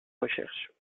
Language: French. recherches